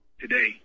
today